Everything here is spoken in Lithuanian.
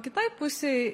kitai pusei